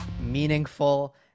meaningful